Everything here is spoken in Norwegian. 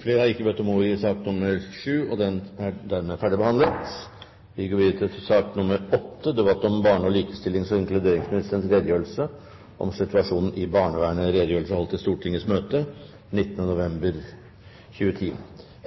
Flere har ikke bedt om ordet til sak nr. 7.